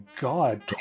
god